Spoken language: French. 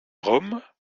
rome